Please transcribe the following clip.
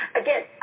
again